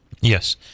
Yes